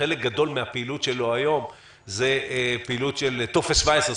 חלק גדול מהפעילות שלו היום זו פעילות של טופס 17,